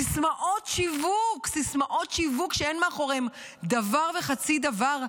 סיסמאות שיווק שאין מאחוריהן דבר וחצי דבר,